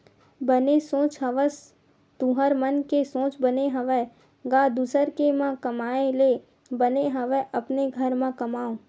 बने सोच हवस तुँहर मन के सोच बने हवय गा दुसर के म कमाए ले बने हवय अपने घर म कमाओ